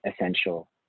essential